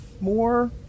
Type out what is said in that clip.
more